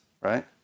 Right